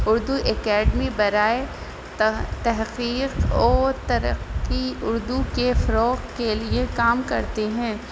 Urdu academy برائے تہہ تحقیق اور ترقی اردو کے فروغ کے لیے کام کرتے ہیں